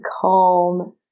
calm